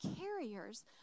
carriers